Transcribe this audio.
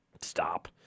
Stop